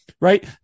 right